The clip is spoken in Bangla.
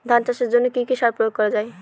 ধান চাষের জন্য কি কি সার প্রয়োগ করা য়ায়?